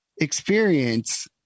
experience